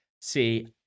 See